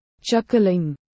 Chuckling